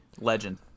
Legend